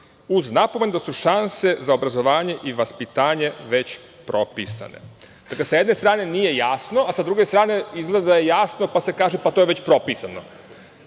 uz napomenu da su šanse za obrazovanje i vaspitanje već propisane. Dakle, sa jedne strane nije jasno, a sa druge strane izgleda da je jasno, pa se kaže da je to već propisano.